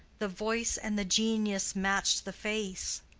the voice and the genius matched the face.